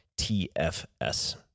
TFS